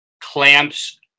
clamps